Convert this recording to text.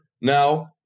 now